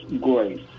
grace